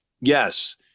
Yes